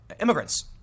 immigrants